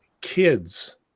kids